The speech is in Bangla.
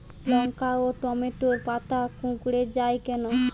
লঙ্কা ও টমেটোর পাতা কুঁকড়ে য়ায় কেন?